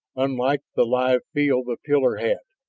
unlike the live feel the pillar had.